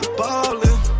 ballin